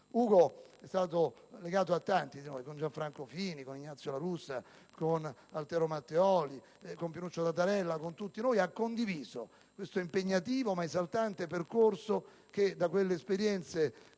Ugo è stato legato a tanti di noi. Con Gianfranco Fini, con Ignazio La Russa, con Altero Matteoli, con Pinuccio Tatarella e con tutti noi ha condiviso questo impegnativo ed esaltante percorso che, da quelle esperienze